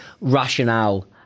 rationale